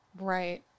right